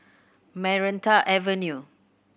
Maranta Avenue